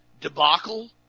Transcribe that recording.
debacle